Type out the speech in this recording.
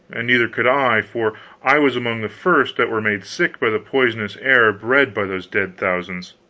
and neither could i, for i was among the first that were made sick by the poisonous air bred by those dead thousands.